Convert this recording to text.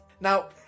Now